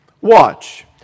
watch